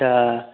तऽ